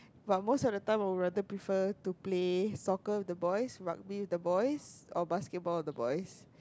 but most of time I would rather prefer to play soccer with the boys rugby with the boys or basketball with the boys